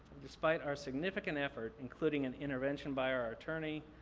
despite our significant effort, including an intervention by our attorney,